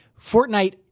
Fortnite